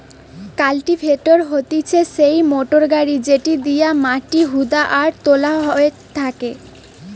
cultivator হতিছে সেই motor গাড়ি যেটি দিয়া মাটি হুদা আর তোলা হয় থাকে